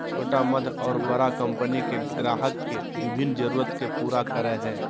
छोटा मध्य और बड़ा कंपनि के ग्राहक के विभिन्न जरूरत के पूरा करय हइ